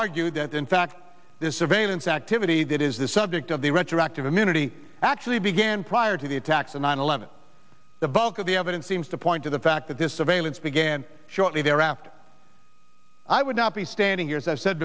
argue that in fact this surveillance activity that is the subject of the retroactive immunity actually began prior to the attacks of nine eleven the bulk of the evidence seems to point to the fact that this surveillance began shortly thereafter i would not be standing here is as i said